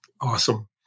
Awesome